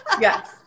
yes